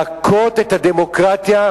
להכות את הדמוקרטיה,